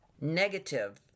Negative